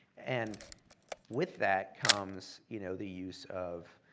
and with that comes you know the use of